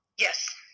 Yes